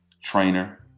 trainer